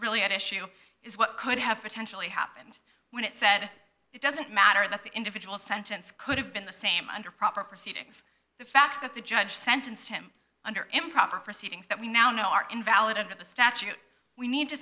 really at issue is what could have potentially happened when it said it doesn't matter that the individual sentence could have been the same under proper proceedings the fact that the judge sentenced him under improper proceedings that we now know are invalid and that the statute we need to